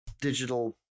digital